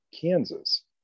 Kansas